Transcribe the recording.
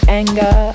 anger